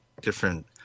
different